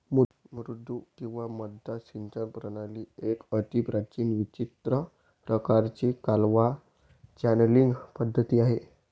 मुद्दू किंवा मद्दा सिंचन प्रणाली एक अतिप्राचीन विचित्र प्रकाराची कालवा चॅनलींग पद्धती आहे